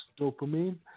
dopamine